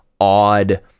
odd